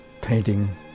painting